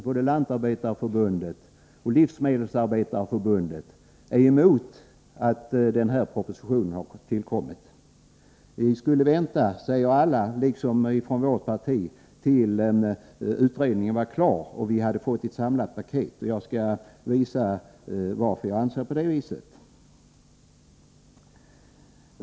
Både Lantarbetareförbundet och Livsmedelsarbetareförbundet är emot denna proposition. De säger, liksom vi gör i vårt parti, att man borde ha väntat tills utredningen var klar, så att vi hade kunnat få ett samlat paket. Jag skall redovisa varför jag anser det.